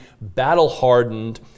battle-hardened